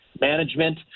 management